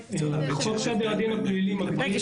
חוק סדר הדין הפלילי מגדיר --- רגע,